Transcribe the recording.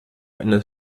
einer